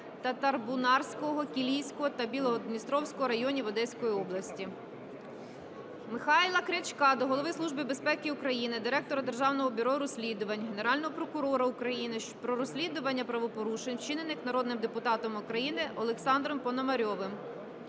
Татарбунарського, Кілійського та Білгород-Дністровського районів Одеської області. Михайла Крячка до Голови Служби безпеки України, директора Державного бюро розслідувань, Генерального прокурора України про розслідування правопорушень, вчинених народним депутатом України Олександром Пономарьовим.